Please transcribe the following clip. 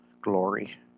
glory